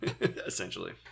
essentially